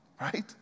right